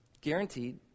guaranteed